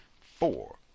Four